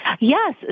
Yes